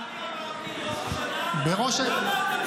הערב, הערב.